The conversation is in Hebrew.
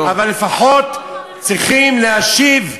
אבל לפחות צריכים להשיב,